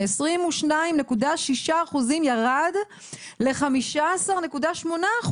מ-22.6% ירד ל-15.8%,